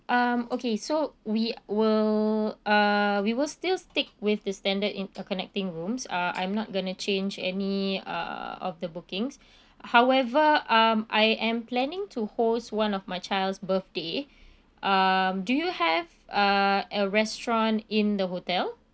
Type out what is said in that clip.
um okay so we will uh we will still stick with the standard interconnecting rooms uh I'm not going to change any uh of the bookings however um I am planning to host one of my child's birthday um do you have uh a restaurant in the hotel